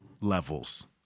levels